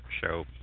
show